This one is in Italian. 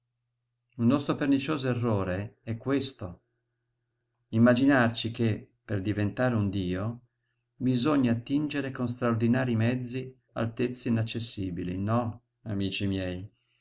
un nostro pernicioso errore è questo immaginarci che per diventare un dio bisogni attingere con straordinarii mezzi altezze inaccessibili no amici miei